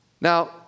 Now